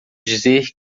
dizer